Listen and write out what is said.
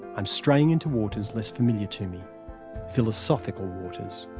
i'm straying into waters less familiar to me philosophical waters.